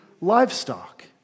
livestock